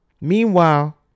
Meanwhile